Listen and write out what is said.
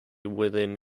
within